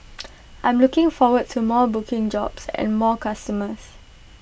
I'm looking forward to more booking jobs and more customers